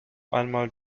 einmal